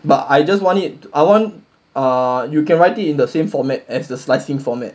but I just want it I want uh you can write it in the same format as the slicing format